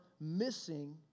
missing